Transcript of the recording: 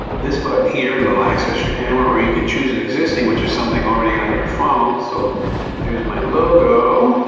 this button here and it'll access your camera or you can choose an existing, which is something already on your phone. so there's my logo